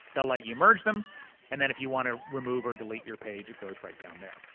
they'll let you merge them and then if you wanna remove or delete your page, it goes right down there.